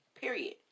Period